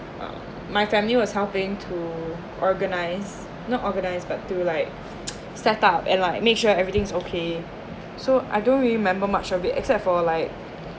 uh my family was helping to organise not organised but to like set up and like make sure everything's okay so I don't really remember much of it except for like